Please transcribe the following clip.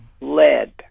lead